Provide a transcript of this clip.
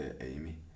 Amy